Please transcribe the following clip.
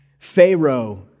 Pharaoh